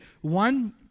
One